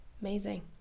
Amazing